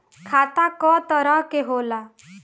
खाता क तरह के होला?